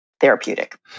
therapeutic